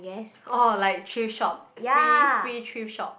orh like thrift shop free free thrift shop